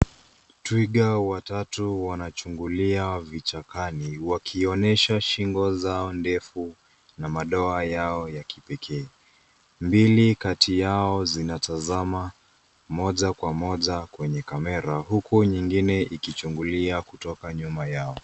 Twiga watatu wanachungulia vichakani wakionyesha shingo zao ndefu na madoa yao ya kipekee. Mbili kati yao zinatazama moja kwa moja kwenye kamera huku nyingine ikichungulia kutoka nyuma yao.